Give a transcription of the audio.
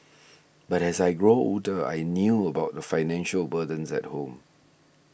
but as I grew older I knew about the financial burdens at home